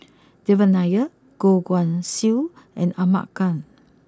Devan Nair Goh Guan Siew and Ahmad Khan